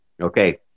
okay